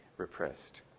repressed